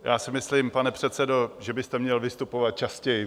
Já si myslím, pane předsedo, že byste měl vystupovat častěji.